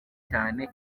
cyane